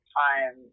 time